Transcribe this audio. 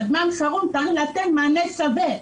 בזמן חירום צריך לתת מענה שווה.